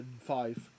five